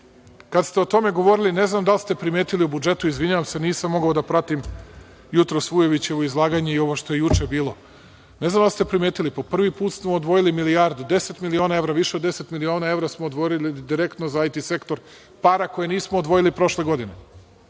Kada ste o tome govorili ne znam da li ste primetili u budžetu, izvinjavam, nisam mogao da pratim jutros Vujovićevo izlaganje i ovo što je juče bilo, ne znam da li ste primetili, po prvi put smo odvojili milijardu, 10 miliona evra više, od 10 miliona evra smo odvojili direktno za IT sektor para koje nismo odvojili prošle godine.